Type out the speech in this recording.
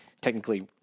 technically